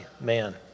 man